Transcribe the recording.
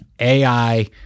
AI